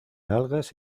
algas